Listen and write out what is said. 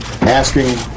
asking